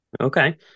Okay